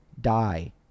die